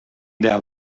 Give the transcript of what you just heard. der